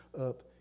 up